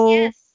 Yes